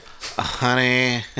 Honey